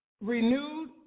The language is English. renewed